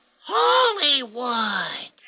Hollywood